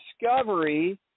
discovery